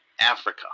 Africa